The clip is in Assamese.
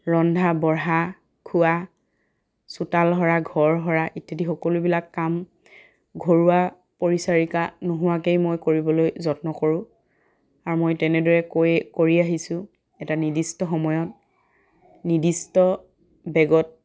ৰন্ধা বঢ়া খোৱা চোতাল সৰা ঘৰ সৰা ইত্যাদি সকলোবিলাক কাম ঘৰুৱা পৰিচাৰিকা নোহোৱাকেই মই কৰিবলৈ যত্ন কৰোঁ আৰু মই তেনেদৰে কৈ কৰি আহিছোঁ এটা নিৰ্দিষ্ট সময়ত নিৰ্দিষ্ট বেগত